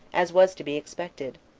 as was to be expected,